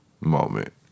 moment